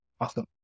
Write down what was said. Awesome